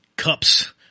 cups